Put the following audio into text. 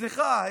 סליחה,